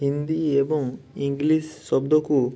ହିନ୍ଦୀ ଏବଂ ଇଂଲିଶ ଶବ୍ଦକୁ